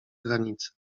granice